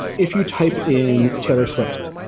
if you type in taylor swift,